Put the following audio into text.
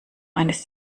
eines